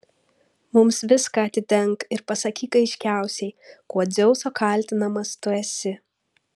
mums viską atidenk ir pasakyk aiškiausiai kuo dzeuso kaltinamas tu esi